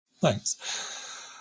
Thanks